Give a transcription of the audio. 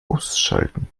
ausschalten